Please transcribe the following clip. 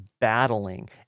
battling